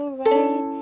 right